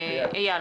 אייל?